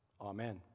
Amen